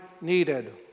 needed